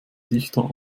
dichter